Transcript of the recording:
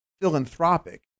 philanthropic